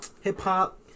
hip-hop